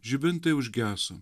žibintai užgeso